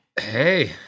Hey